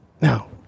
Now